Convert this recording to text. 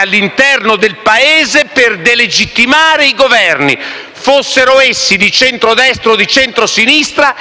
all'interno del Paese, al fine di delegittimare i Governi - fossero essi di centrodestra o di centrosinistra